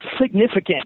significant